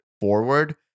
forward